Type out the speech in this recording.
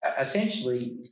essentially